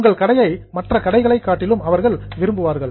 உங்கள் கடையை மற்ற கடைகளை காட்டிலும் அவர்கள் விரும்புவார்கள்